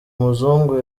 muzungu